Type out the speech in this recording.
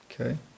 okay